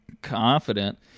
confident